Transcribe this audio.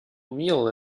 meal